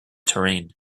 terrain